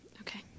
Okay